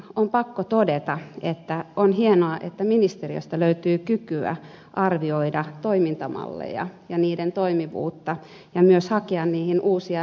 on pakko todeta että on hienoa että ministeriöstä löytyy kykyä arvioida toimintamalleja ja niiden toimivuutta ja myös hakea niihin uusia ratkaisumalleja